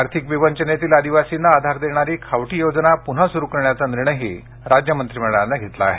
आर्थिक विवंचनेतील आदिवासींना आधार देणारी खावटी योजना पुन्हा सुरु करण्याचा निर्णयही राज्य मंत्रिमंडळानं घेतला आहे